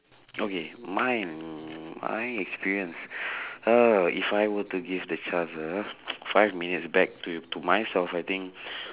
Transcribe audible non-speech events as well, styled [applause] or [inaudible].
okay mine mm my experience [breath] uh if I were to give the chance ah [noise] five minutes back to to myself I think [breath]